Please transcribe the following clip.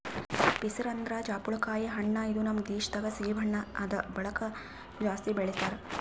pears ಅಂದುರ್ ಜಾಪುಳಕಾಯಿ ಹಣ್ಣ ಇದು ನಮ್ ದೇಶ ದಾಗ್ ಸೇಬು ಹಣ್ಣ ಆದ್ ಬಳಕ್ ಜಾಸ್ತಿ ಬೆಳಿತಾರ್